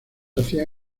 hacían